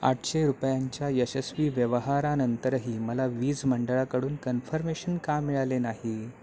आठशे रुपयांच्या यशस्वी व्यवहारानंतरही मला वीज मंडळाकडून कन्फर्मेशन का मिळाले नाही